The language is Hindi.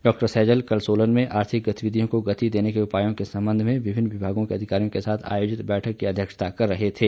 डॉ सैजल कल सोलन में आर्थिक गतिविधियों को गति देने के उपायों के सम्बन्ध में विभिन्न विभागों के अधिकारियों के साथ बैठक की अध्यक्षता कर रहे थे